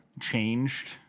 changed